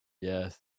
Yes